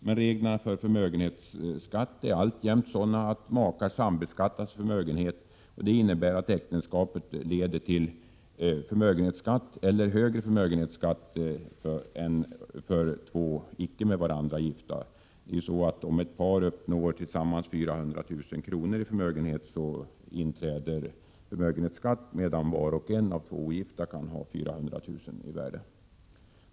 Men reglerna för förmögenhetsskatt är alltjämt sådana att makar sambeskattas för förmögenhet, och det innebär att de genom äkenskapet får högre förmögenhetsskatt än vad två icke med varandra gifta får. Om ett par uppnår tillsammans 400 000 kr. i förmögenhet, skall det betala förmögenhetsskatt, medan var och en av två ogifta kan ha intill 400 000 kr. i förmögenhet utan att behöva betala förmögenhetsskatt.